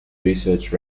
researched